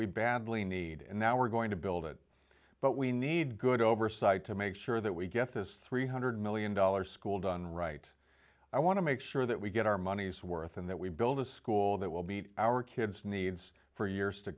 we badly need and now we're going to build it but we need good oversight to make sure that we get this three hundred million dollars school done right i want to make sure that we get our money's worth and that we build a school that will meet our kids needs for years to